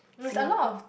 Singapore